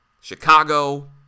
Chicago